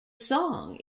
song